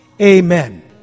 Amen